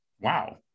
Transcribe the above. Wow